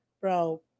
bro